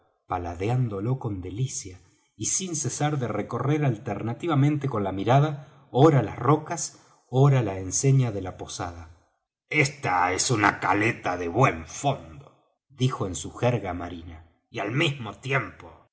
paladeándolo con delicia y sin cesar de recorrer alternativamente con la mirada ora las rocas ora la enseña de la posada esta es una caleta de buen fondo dijo en su jerga marina y al mismo tiempo